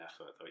effort